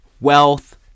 wealth